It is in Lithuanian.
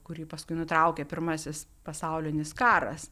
kurį paskui nutraukė pirmasis pasaulinis karas